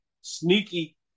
sneaky